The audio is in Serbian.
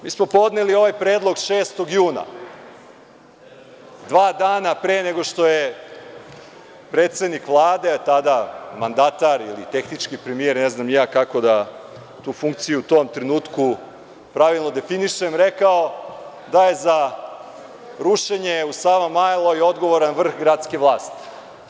Mi smo podneli ovaj predlog 6. juna, dva dana pre nego što je predsednik Vlade, a tada mandatar ili tehnički premijer, ne znam ni ja kako da tu funkciju u tom trenutku pravilno definišem, rekao da je za rušenje u Savamaloj odgovoran vrh gradske vlasti.